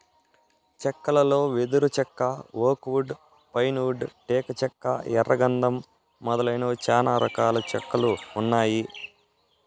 చెక్కలలో వెదురు చెక్క, ఓక్ వుడ్, పైన్ వుడ్, టేకు చెక్క, ఎర్ర గందం మొదలైనవి చానా రకాల చెక్కలు ఉన్నాయి